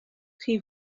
chi